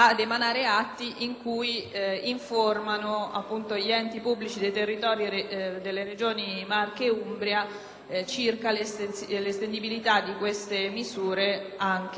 circa l'estendibilità di queste misure anche al settore pubblico, nonché a quello assicurativo e bancario.